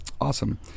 awesome